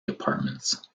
departments